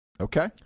Okay